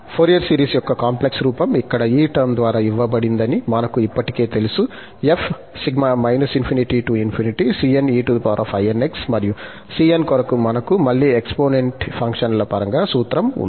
Fourier series యొక్క complex రూపం ఇక్కడ ఈ టర్మ్ ద్వారా ఇవ్వబడిందని మనకు ఇప్పటికే తెలుసు మరియు cn కొరకు మనకు మళ్ళీ ఎక్సపోనెంట్ ఫంక్షన్ల పరంగా సూత్రం ఉంది